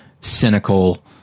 cynical